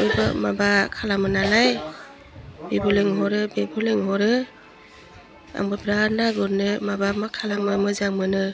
बयबो माबा खालामो नालाय बेबो लेंहरो बेबो लेंहरो नालाय आंबो बिराद ना गुरनो माबा मा खालामबा मोजां मोनो